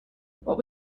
what